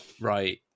right